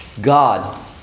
God